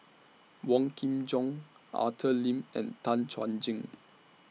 Wong Kin Jong Arthur Lim and Tan Chuan Jin